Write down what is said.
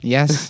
Yes